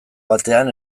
batean